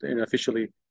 officially